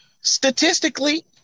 Statistically